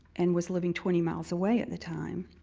and was living twenty miles away at the time.